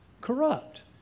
corrupt